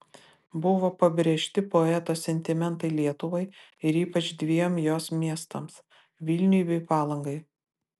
buvo pabrėžti poeto sentimentai lietuvai ir ypač dviem jos miestams vilniui bei palangai